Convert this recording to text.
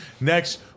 next